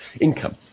income